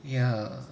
ya